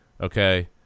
okay